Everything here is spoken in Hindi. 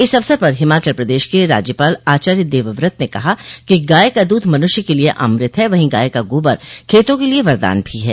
इस अवसर पर हिमाचल प्रदेश के राज्यपाल आचार्य देवव्रत ने कहा कि गाय का दूध मनुष्य के लिये अमृत है वहीं गाय का गोबर खेतों के लिये वरदान भी है